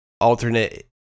alternate